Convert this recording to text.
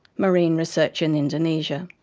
marine research in indonesia,